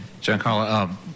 Giancarlo